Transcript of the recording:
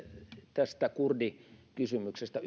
tästä kurdikysymyksestä